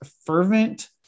fervent